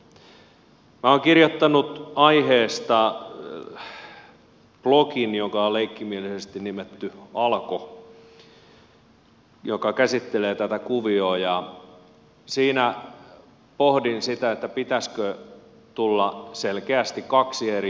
minä olen kirjoittanut aiheesta blogimerkinnän joka on leikkimielisesti nimetty alko ja se käsittelee tätä kuviota ja siinä pohdin sitä että pitäisikö tulla selkeästi kaksi eri veroprosenttia